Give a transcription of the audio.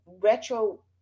retro